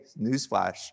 newsflash